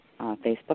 Facebook